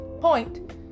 point